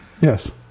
Yes